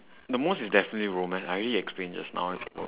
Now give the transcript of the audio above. the most is definitely romance I already explain just now is ro~